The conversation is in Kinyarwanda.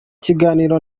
kiganiro